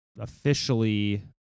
officially